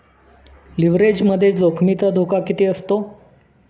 लिव्हरेजमध्ये जोखमीचा धोका किती असतो?